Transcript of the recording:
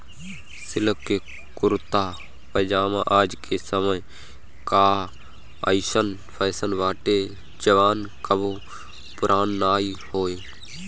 silk के कुरता पायजामा आज के समय कअ अइसन फैशन बाटे जवन कबो पुरान नाइ होई